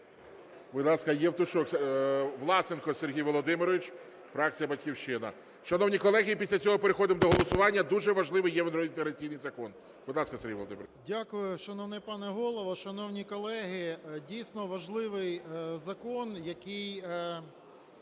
Дякую. Шановний пане Голово! Шановні колеги! Дійсно, важливий закон, який